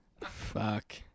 Fuck